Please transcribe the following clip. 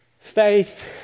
faith